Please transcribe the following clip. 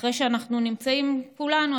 אחרי שאנחנו נמצאים כולנו,